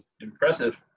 impressive